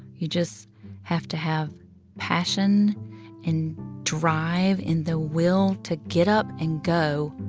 you just have to have passion and drive and the will to get up and go.